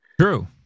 True